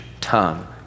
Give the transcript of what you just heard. tongue